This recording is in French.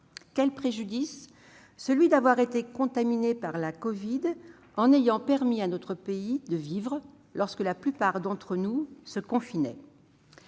un préjudice, celui d'avoir été contaminé par le virus de la Covid en ayant permis à notre pays de vivre, lorsque la plupart d'entre nous se confinaient.